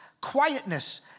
quietness